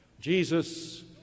Jesus